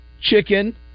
chicken